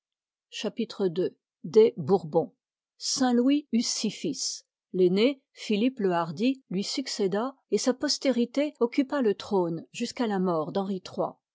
chapitre ii des bourbons saint-louis eut six fils l'aînc philippele hardi lui succéda et sa postérité occupa le trône jusqu'à la mort d'henri